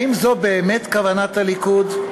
האם זו באמת כוונת הליכוד,